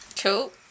Cool